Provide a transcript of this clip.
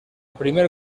primer